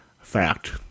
Fact